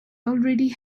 already